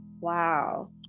wow